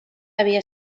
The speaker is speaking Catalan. havia